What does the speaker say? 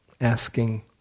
Asking